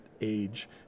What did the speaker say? Age